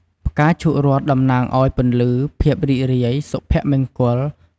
ផ្កាឈូករ័ត្នតំណាងឲ្យ ពន្លឺ ភាពរីករាយ សុភមង្គល ភាពវិជ្ជមាន និង ភាពរឹងមាំ។